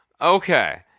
Okay